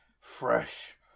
fresh